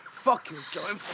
fuck your job,